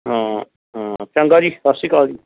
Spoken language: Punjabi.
ਹਾਂ ਹਾਂ ਚੰਗਾ ਜੀ ਸਤਿ ਸ਼੍ਰੀ ਅਕਾਲ ਜੀ